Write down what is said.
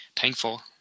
thankful